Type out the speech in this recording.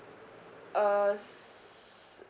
uh